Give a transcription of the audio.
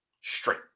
straight